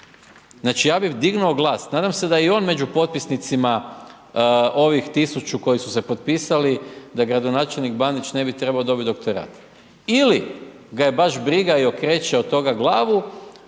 Znači ja bi dignuo glas, nadam se da je i on među potpisnicima ovih 1.000 koji su se potpisali da gradonačelnik Bandić ne bi trebao dobiti doktorat. Ili ga je baš briga i okreće od toga glavu,